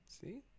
See